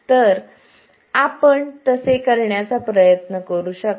तर आपण तसे करण्याचा प्रयत्न करू शकता